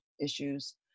issues